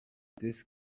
this